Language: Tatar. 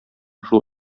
шул